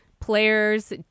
players